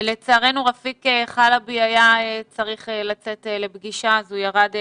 לצערנו רפיק חלבי היה צריך לצאת לפגישה ולכן הוא ירד מה-זום.